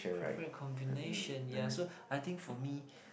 perfect combination yeah so I think for me